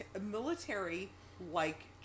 military-like